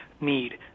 need